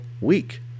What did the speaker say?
week